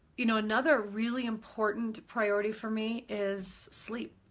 you know another really important priority for me is sleep.